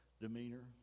demeanor